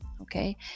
Okay